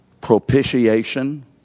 Propitiation